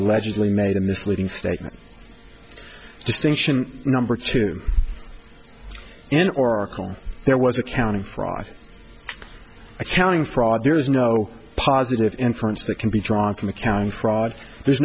allegedly made a misleading statement distinction number two in oracle there was accounting fraud accounting fraud there is no positive inference that can be drawn from accounting fraud there's